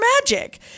magic